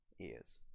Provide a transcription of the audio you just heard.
ears